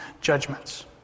judgments